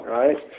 right